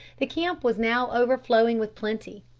the camp was now overflowing with plenty.